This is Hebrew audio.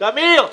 מיעוט נמנעים,